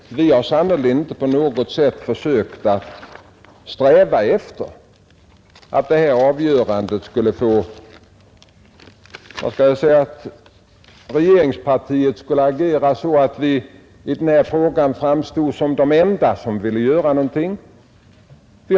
Och vi har sannerligen inte strävat efter att regeringspartiet i detta fall skulle agera så att vi framstod som det enda parti som gör något i denna fråga.